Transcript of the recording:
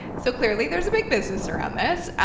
so, clearly there's a big business around this.